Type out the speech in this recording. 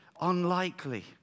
unlikely